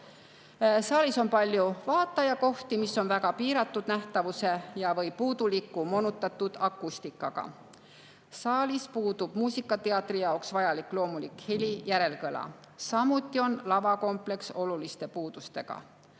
Saalis on palju vaatajakohti, mis on väga piiratud nähtavuse ja/või puuduliku moonutatud akustikaga. Saalis puudub muusikateatri jaoks vajalik loomulik heli järelkõla, samuti on lavakompleks oluliste puudustega.